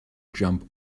jump